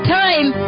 time